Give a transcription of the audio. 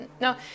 no